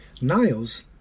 Niles